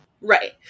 Right